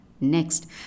Next